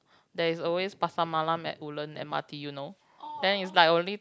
there is always Pasar-Malam at Woodland M_R_T you know then is like only